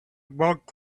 monk